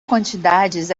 quantidades